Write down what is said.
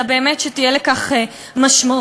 אלא שבאמת תהיה לכך משמעות